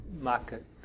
market